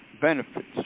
benefits